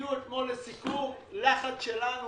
הגיעו אתמול לסיכום לחץ עקיף שלנו,